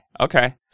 okay